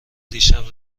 دیشب